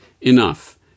enough